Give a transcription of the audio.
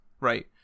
right